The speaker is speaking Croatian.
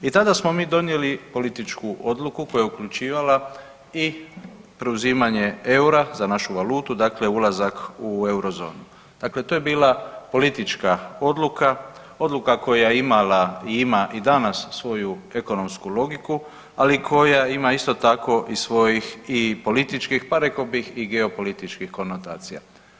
I tada smo mi donijeli političku odluku koja je uključivala i preuzimanje eura za našu valutu dakle ulazak u eurozonu, dakle to je bila politička odluka, odluka koja je imala i ima i danas svoju ekonomsku logiku, ali koja ima isto tako i svojih i političkih, pa rekao bih i geopolitičkih konotacija.